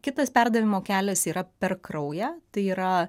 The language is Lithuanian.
kitas perdavimo kelias yra per kraują tai yra